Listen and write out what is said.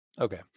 Okay